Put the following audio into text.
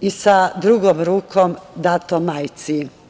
i sa drugom rukom datom majci.